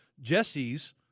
Jesse's